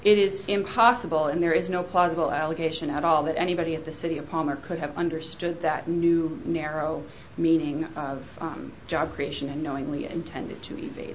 it is impossible and there is no plausible allegation at all that anybody at the city of palmer could have understood that new narrow meaning of job creation and knowingly intended to evade